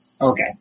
Okay